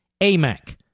amac